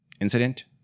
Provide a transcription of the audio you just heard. incident